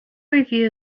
review